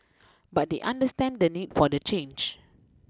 but they understand the need for the change